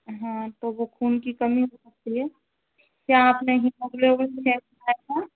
हाँ तो वो खून की कमी हो सकती है क्या आपने हिमोग्लोबिन चेक कराया था